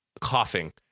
coughing